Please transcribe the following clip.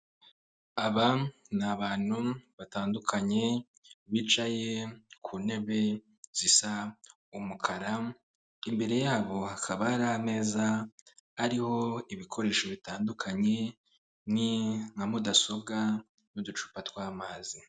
Aba ni abantu batandukanye bicaye ku ntebe zisa umukara imbere yabo hakaba hari ameza ariho ibikoresho bitandukanye ni nka mudasobwa n'uducupa tw'amazi.